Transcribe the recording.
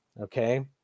Okay